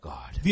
God